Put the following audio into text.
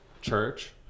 church